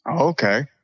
Okay